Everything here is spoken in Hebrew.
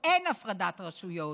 אין הפרדת רשויות.